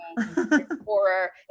Horror